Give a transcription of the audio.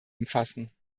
umfassen